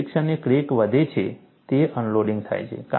જે ક્ષણે ક્રેક વધે છે તે અનલોડિંગ થાય છે